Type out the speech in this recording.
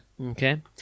Okay